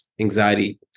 anxiety